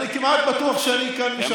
אני כמעט בטוח שאני משכנע כאן, אני כמעט בטוח.